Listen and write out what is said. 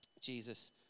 Jesus